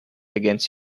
against